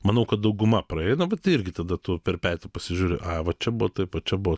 manau kad dauguma praeina vat irgi tada tu per petį pasižiūri a va čia buvo taip va čia buvo